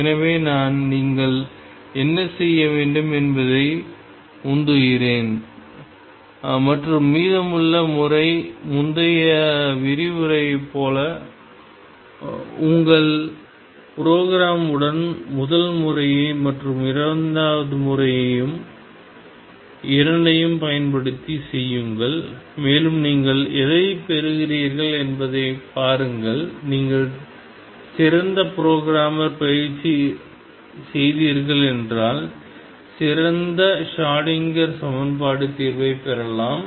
எனவே நான் நீங்கள் என்ன செய்ய வேண்டும் என்பதை உந்துகிறேன் மற்றும் மீதமுள்ள முறை முந்தைய விரிவுரையைப் போலவே உங்கள் ப்ரோக்ராம் உடன் முதல் முறை மற்றும் இரண்டாவது முறை இரண்டையும் பயன்படுத்தி செய்யுங்கள் மேலும் நீங்கள் எதைப் பெறுகிறீர்கள் என்பதைப் பாருங்கள் நீங்கள் சிறந்த புரோகிராமர் பயிற்சி செய்தீர்கள் என்றால் சிறந்த ஷ்ரோடிங்கர் சமன்பாடு தீர்வைப் பெறலாம்